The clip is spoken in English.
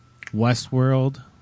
Westworld